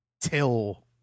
till